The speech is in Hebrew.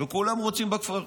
וכולם רוצים בכפר.